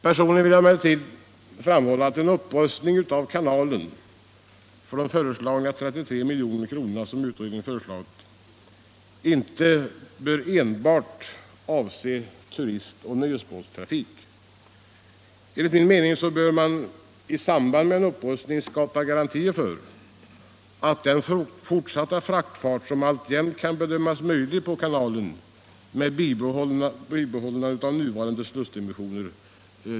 Personligen vill jag emellertid framhålla att en upprustning av kanalen för 33 milj.kr. som utredningen föreslagit inte bör avse enbart turistoch nöjesbåtstrafiken. Enligt min mening bör man i samband med en upprustning skapa garantier för den fortsatta fraktfart som alltjämt kan bedömas möjlig på kanalen med bibehållande av nuvarande slussdimensioner.